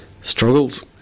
struggles